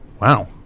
Wow